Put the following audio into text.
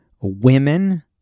women